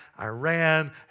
Iran